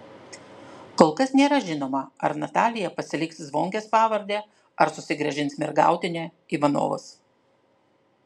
kol kas nėra žinoma ar natalija pasiliks zvonkės pavardę ar susigrąžins mergautinę ivanovos